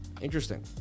interesting